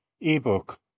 ebook